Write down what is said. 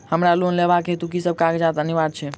हमरा लोन लेबाक हेतु की सब कागजात अनिवार्य छैक?